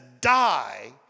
die